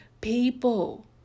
people